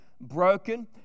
broken